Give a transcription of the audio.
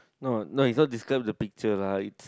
no no is not describe the picture lah is